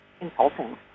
insulting